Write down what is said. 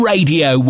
Radio